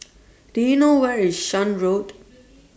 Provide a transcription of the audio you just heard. Do YOU know Where IS Shan Road